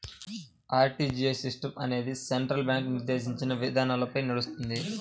RTGS system అనేది central bank నిర్దేశించిన విధానాలపై నడుస్తుంది